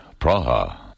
Praha